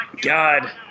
God